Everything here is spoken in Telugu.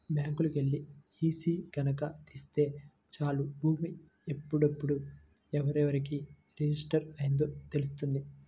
బ్యాంకుకెల్లి ఈసీ గనక తీపిత్తే చాలు భూమి ఎప్పుడెప్పుడు ఎవరెవరికి రిజిస్టర్ అయ్యిందో తెలుత్తది